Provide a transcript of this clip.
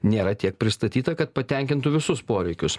nėra tiek pristatyta kad patenkintų visus poreikius